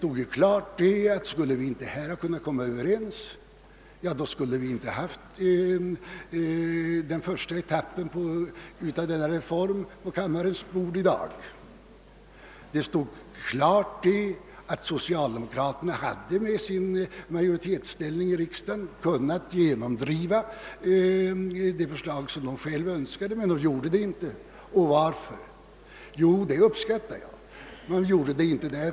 Om vi inte hade kunnat komma överens, hade vi inte haft ett förslag om reformens första etapp på kammarens bord i dag. Med sin majoritetsställning i riksdagen hade socialdemokraterna kunnat genomdriva ett förslag som de själva ville ha det, men det gjorde de inte, och det uppskattar jag. Och varför gjorde de inte det?